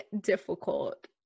difficult